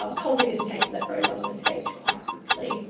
um colbee didn't take to that very well and escaped quite quickly,